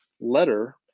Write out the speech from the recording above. letter